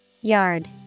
Yard